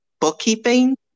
bookkeeping